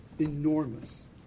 enormous